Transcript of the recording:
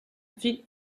ville